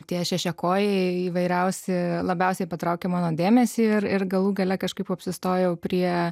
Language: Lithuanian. tie šešiakojai įvairiausi labiausiai patraukė mano dėmesį ir ir galų gale kažkaip apsistojau prie